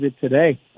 today